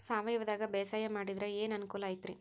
ಸಾವಯವದಾಗಾ ಬ್ಯಾಸಾಯಾ ಮಾಡಿದ್ರ ಏನ್ ಅನುಕೂಲ ಐತ್ರೇ?